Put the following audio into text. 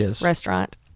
restaurant